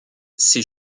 ces